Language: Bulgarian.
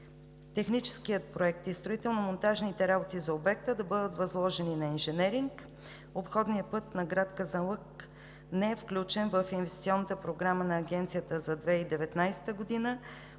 техническият проект и строително-монтажните работи за обекта да бъдат възложени на „Инженеринг“. Обходният път на град Казанлък не е включен в Инвестиционната програма на Агенцията за 2019 г.